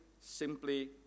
simply